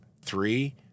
Three